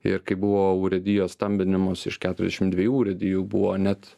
ir kai buvo urėdijos stambinimas iš keturiasdešim dviejų urėdijų buvo net